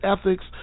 ethics